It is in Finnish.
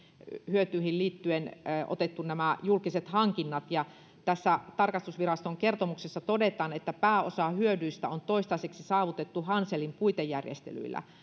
hyötyihin liittyen otettu nämä julkiset hankinnat tässä tarkastusviraston kertomuksessa todetaan että pääosa hyödyistä on toistaiseksi saavutettu hanselin puitejärjestelyillä